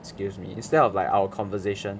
excuse me instead of like our conversation